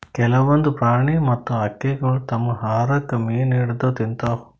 ಕೆಲ್ವನ್ದ್ ಪ್ರಾಣಿ ಮತ್ತ್ ಹಕ್ಕಿಗೊಳ್ ತಮ್ಮ್ ಆಹಾರಕ್ಕ್ ಮೀನ್ ಹಿಡದ್ದ್ ತಿಂತಾವ್